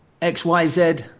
XYZ